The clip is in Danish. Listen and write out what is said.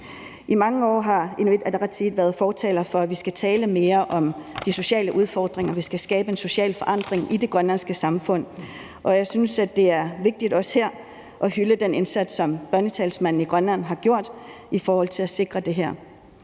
Inuit Ataqatigiit været fortaler for, at vi skal tale mere om de sociale udfordringer, og at vi skal skabe en social forandring i det grønlandske samfund, og jeg synes også, at det er vigtigt også her at hylde den indsats, som børnetalsmanden i Grønland har gjort i forhold til at sikre det her.